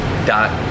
dot